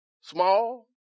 small